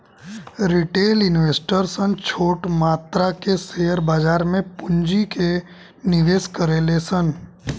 retail investor सन छोट मात्रा में शेयर बाजार में पूंजी के निवेश करेले सन